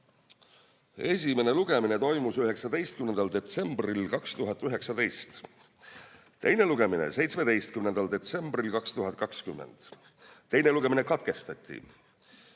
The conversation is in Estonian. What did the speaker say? Esimene lugemine toimus 19. detsembril 2019, teine lugemine 17. detsembril 2020, teine lugemine katkestati,